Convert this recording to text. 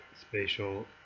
spatial